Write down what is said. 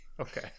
Okay